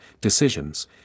decisions